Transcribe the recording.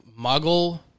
muggle